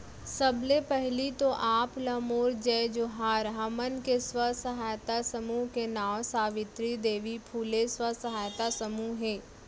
सबले पहिली तो आप ला मोर जय जोहार, हमन के स्व सहायता समूह के नांव सावित्री देवी फूले स्व सहायता समूह हे